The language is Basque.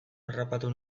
harrapatu